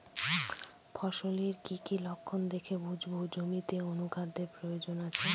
ফসলের কি কি লক্ষণ দেখে বুঝব জমিতে অনুখাদ্যের প্রয়োজন আছে?